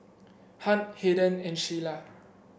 Hunt Haden and Sheila